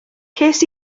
ces